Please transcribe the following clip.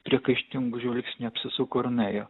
priekaištingu žvilgsniu apsisuko ir nuėjo